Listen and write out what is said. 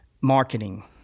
marketing